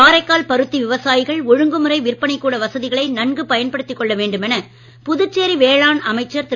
காரைக்கால் பருத்தி விவசாயிகள் ஒழுங்குமுறை விற்பனைக்கூட வசதிகளை நன்கு பயன்படுத்திக் கொள்ள வேண்டுமென புதுச்சேரி வேளாண் அமைச்சர் திரு